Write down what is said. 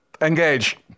Engage